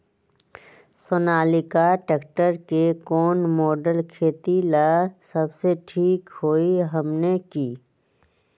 Sonalika tractor के कौन model खेती ला सबसे ठीक होई हमने की?